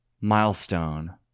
milestone